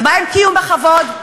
ומה עם קיום בכבוד?